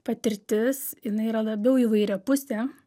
patirtis jinai yra labiau įvairiapusė